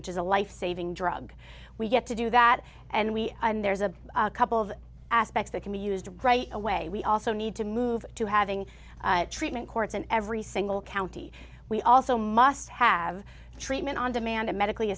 which is a lifesaving drug we get to do that and we and there's a couple of aspects that can be used right away we also need to move to having treatment courts in every single county we also must have treatment on demand medically